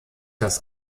das